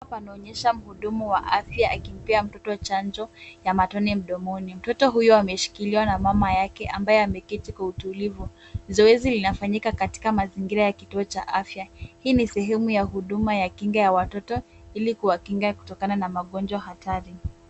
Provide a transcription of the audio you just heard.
Panaonyesha mhudumu wa afya akimpea mtoto chanjo ya matone mdomoni. Mtoto huyo ameshikiliwa na mama yake ambaye ameketi kwa utulivu. Zoezi linafanyika katika mazingira ya kituo cha afya. Hii ni sehemu ya kinga ya watoto, ili kuwakinga kutokana na magonjwa hatari.